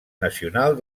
nacional